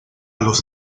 los